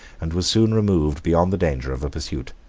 and was soon removed beyond the danger of a pursuit.